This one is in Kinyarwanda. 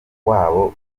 wabo